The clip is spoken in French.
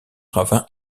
ravin